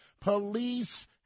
Police